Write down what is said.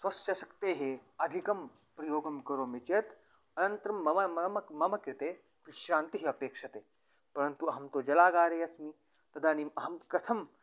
स्वस्य शक्तेः अधिकं प्रयोगं करोमि चेत् अनन्तरं मम मम मम कृते विश्रान्तिः अपेक्षते परन्तु अहं तु जलागारे अस्मि तदानीम् अहं कथम्